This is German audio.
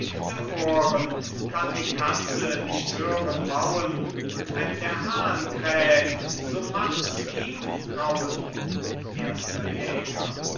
kann die katze nicht hören mauen und wenn der hahn kräht so machts ihm grauen erster jäger